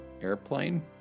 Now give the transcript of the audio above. Airplane